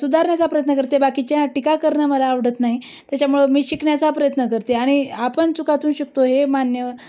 सुधारण्याचा प्रयत्न करते बाकीच्या टिका करणं मला आवडत नाही त्याच्यामुळं मी शिकण्याचा प्रयत्न करते आणि आपण चुकातून शकतो हे मान्य